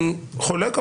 אני חולק,